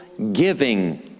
giving